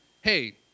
hey